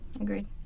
Agreed